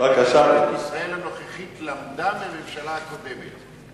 שכנראה ממשלת ישראל הנוכחית למדה מהממשלה הקודמת,